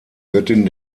göttin